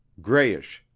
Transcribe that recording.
grayish,